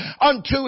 unto